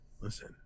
Listen